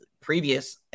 previous